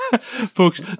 folks